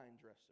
dresser